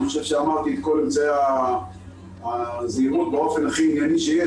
אני חושב שאמרתי את כל אמצעי הזהירות באופן הכי ענייני שיש.